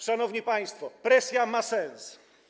Szanowni państwo, presja ma sens.